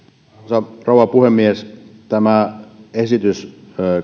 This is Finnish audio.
arvoisa rouva puhemies tämä esitys